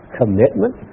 commitment